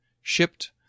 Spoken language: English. shipped